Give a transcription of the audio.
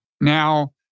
Now